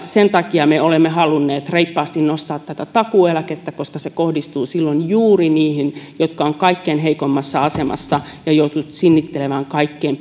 sen takia me olemme halunneet reippaasti nostaa takuueläkettä koska se kohdistuu silloin juuri niihin jotka ovat kaikkein heikoimmassa asemassa ja joutuvat sinnittelemään kaikkein